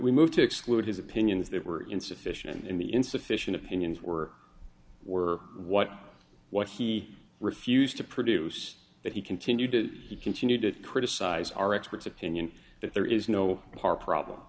we moved to exclude his opinions that were insufficient in the insufficient opinions were were what what he refused to produce but he continued he continued to criticize our expert's opinion that there is no hard problem